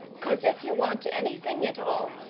cos if you want anything at all,